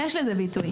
יש לזה ביטוי.